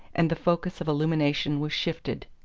and the focus of illumination was shifted.